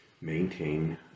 maintain